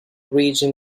region